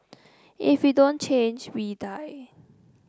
if we don't change we die